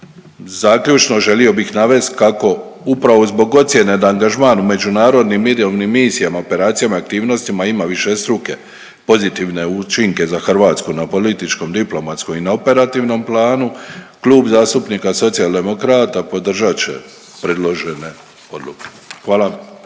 Zaključno, želio bih navest kako upravo zbog ocjene da angažman u međunarodnim mirovnim misijama, operacijama, aktivnostima ima višestruke pozitivne učinke za Hrvatsku na političkom, diplomatskom i na operativnom planu, Klub zastupnika Socijaldemokrata podržat će predložene odluke. Hvala.